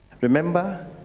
Remember